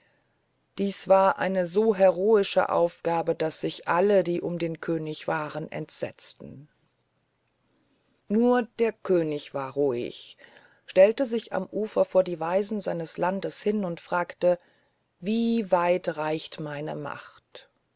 dies war eine so heroische aufgabe daß sich alle die um den könig waren entsetzten nur der könig war ruhig stellte sich am ufer vor die weisen seines landes hin und fragte wie weit reicht meine macht